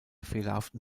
fehlerhaften